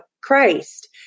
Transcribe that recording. Christ